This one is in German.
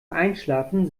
einschlafen